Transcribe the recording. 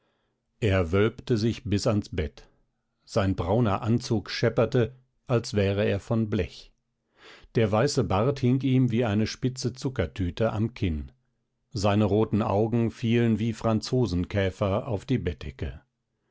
er wölbte sich bis ans bett sein brauner anzug schepperte als wäre er von blech der weiße bart hing ihm wie eine spitze zuckertüte am kinn seine roten augen fielen wie franzosenkäfer auf die bettdecke